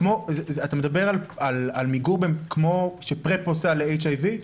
אתה מדבר על מיגור כמו ש-PrEP עושה ל-HIV?